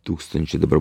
tūkstančiai dabar